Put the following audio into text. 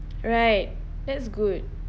right that's good